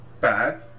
bad